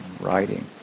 writing